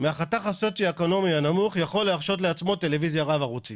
מהחתך הסוציואקונומי הנמוך יכול להרשות לעצמו טלוויזיה רב ערוצית?